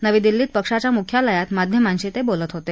नवी दिल्लीत पक्षाच्या मुख्यालयात माध्यमांशी ते बोलत होते